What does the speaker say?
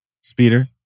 speeder